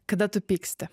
kada tu pyksti